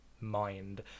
mind